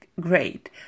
great